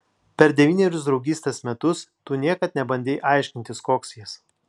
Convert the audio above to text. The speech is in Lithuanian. per devynerius draugystės metus tu niekad nebandei aiškintis koks jis